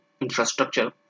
infrastructure